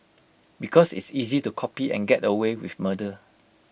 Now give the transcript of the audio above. because it's easy to copy and get away with murder